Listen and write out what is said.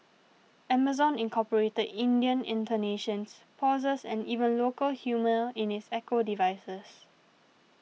Amazon incorporated Indian intonations pauses and even local humour in its Echo devices